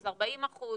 40%,